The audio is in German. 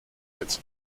mit